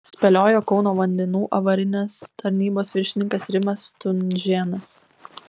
spėliojo kauno vandenų avarinės tarnybos viršininkas rimas stunžėnas